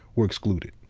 were excluded.